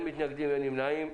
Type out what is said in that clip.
אין מתנגדים, אין נמנעים,